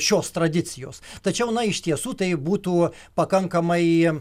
šios tradicijos tačiau na iš tiesų tai būtų pakankamai